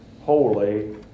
holy